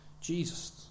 Jesus